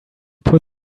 put